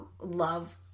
love